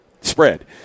spread